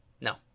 No